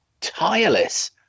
tireless